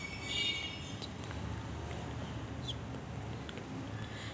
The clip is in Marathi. मले बचत खात ऑनलाईन खोलन सोपं पडन की ऑफलाईन?